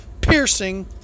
piercing